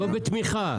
לא בתמיכה,